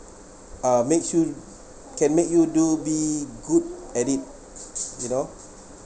uh makes you can make you do be good at it you know